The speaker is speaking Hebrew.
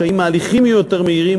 אם ההליכים יהיו יותר מהירים,